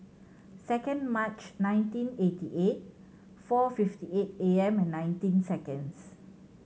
second March nineteen eighty eight four fifty eight A M and nineteen seconds